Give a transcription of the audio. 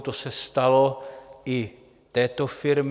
To se stalo i této firmě.